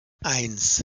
eins